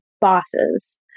bosses